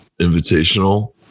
Invitational